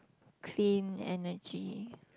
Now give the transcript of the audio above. clean energy